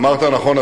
אמרת נכון,